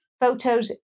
Photos